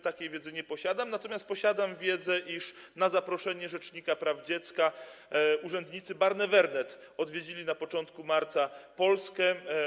Takiej wiedzy nie mam, natomiast mam wiedzę, iż na zaproszenie rzecznika praw dziecka urzędnicy Barnevernet odwiedzili na początku marca Polskę.